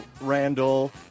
Randall